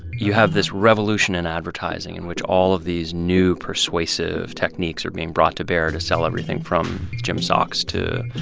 you have this revolution in advertising in which all of these new persuasive techniques are being brought to bear to sell everything from gym socks to